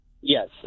Yes